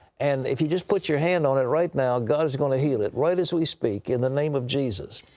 and if you'll just put your hand on it right now, god's going to heal it, right as we speak, in the name of jesus.